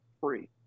free